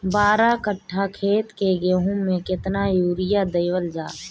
बारह कट्ठा खेत के गेहूं में केतना यूरिया देवल जा?